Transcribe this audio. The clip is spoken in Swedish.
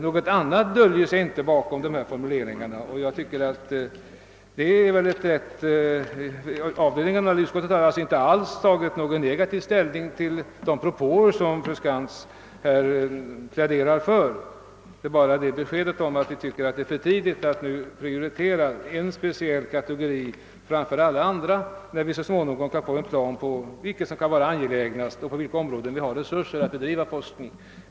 Något annat döljer sig inte bakom formuleringarna, och utskottet har inte alls tagit någon definitiv ställning till de propåer som fru Skantz här pläderat för. Vi tycker emellertid att det är för tidigt att prioritera en speciell kategori av forskningsobjekt, eftersom det så småningom kommer en plan över vilka som kan anses angelägnast och på vilka områden det finns resurser att bedriva forskning. Herr talman!